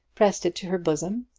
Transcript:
pressed it to her bosom,